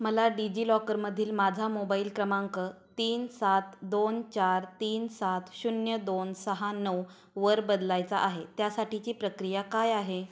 मला डिजिलॉकरमधील माझा मोबाईल क्रमांक तीन सात दोन चार तीन सात शून्य दोन सहा नऊ वर बदलायचा आहे त्यासाठीची प्रक्रिया काय आहे